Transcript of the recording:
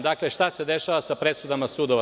Dakle, šta se dešava sa presudama sudova?